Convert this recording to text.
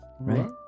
right